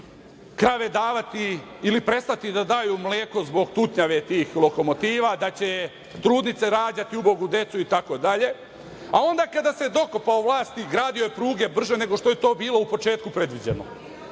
krave davati ili prestati da daju mleko zbog tutnjave tih lokomotiva, da će trudnice rađati ubogu decu, itd., a onda kada se dokopao vlasti gradio je pruge brže nego što je to bilo u početku predviđeno.